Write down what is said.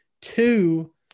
Two